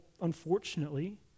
unfortunately